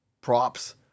props